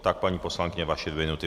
Tak, paní poslankyně, vaše dvě minuty.